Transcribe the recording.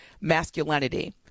masculinity